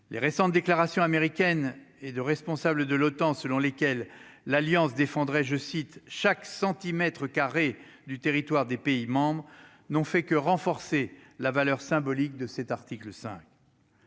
Les récentes déclarations américaines et de responsables de l'OTAN, selon lesquelles l'Alliance défendrai, je cite : chaque centimètre carré du territoire des pays membres n'ont fait que renforcer la valeur symbolique de cet article 5.